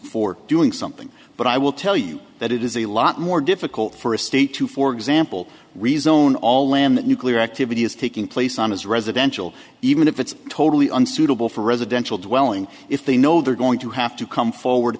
for doing something but i will tell you that it is a lot more difficult for a state to for example rezone all land nuclear activity is taking place on his residential even if it's totally unsuitable for residential dwelling if they know they're going to have to come forward